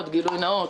"למען גילוי נאות",